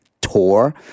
tour